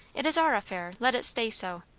it is our affair let it stay so.